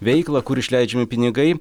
veiklą kur išleidžiami pinigai